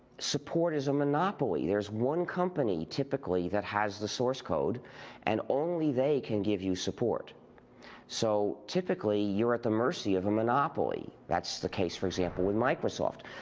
support is a monopoly, there is one company, typically, that has the source code and only they can give you support so typically, you are at the mercy of a monopoly. that's the case, for example with microsoft.